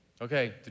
Okay